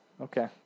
Okay